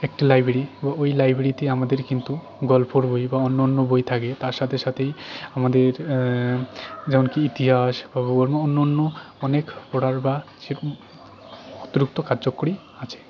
একটি লাইব্রেরি ও ওই লাইব্রেরিতে আমাদের কিন্তু গল্পর বই বা অন্যান্য বই থাকে তার সাথে সাথেই আমাদের যেমন কি ইতিহাস ভূগোল বা অন্য অন্য অনেক পড়ার বা সে অতিরিক্ত কার্যকরী আছে